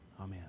Amen